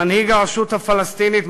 מנהיג הרשות הפלסטינית,